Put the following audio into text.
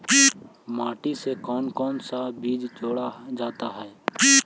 माटी से कौन कौन सा बीज जोड़ा जाता है?